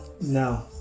No